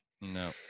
No